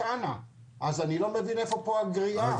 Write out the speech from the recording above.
אז אני לא מבין איפה פה הגריעה.